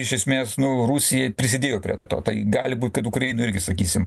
iš esmės nu rusijai prisidėjo prie to tai gali būt kad ukrainoj irgi sakysim